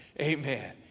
Amen